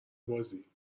بازی